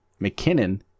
McKinnon